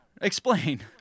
explain